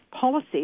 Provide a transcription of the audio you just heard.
policy